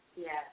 Yes